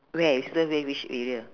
where your sister stay which area